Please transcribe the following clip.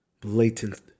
blatant